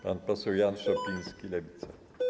Pan poseł Jan Szopiński, Lewica.